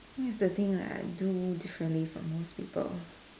what is the thing that I do differently from most people